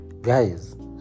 Guys